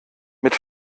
mit